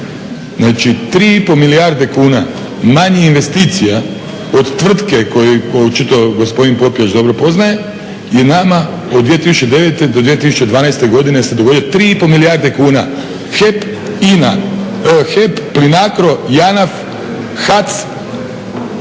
Znači 3,5 milijarde kuna manje investicija od tvrtke koju očito gospodine Popijač dobro poznaje, je nama od 2009. do 2012. godine se dogodio 3,5 milijarde kuna. HEP, INA, HEP, PLINACRO, ANAF, HAC,